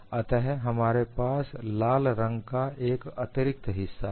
अतः हमारे पास लाल रंग का एक अतिरिक्त हिस्सा है